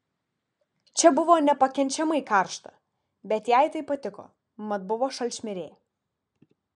čia buvo nepakenčiamai karšta bet jai tai patiko mat buvo šalčmirė